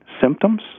symptoms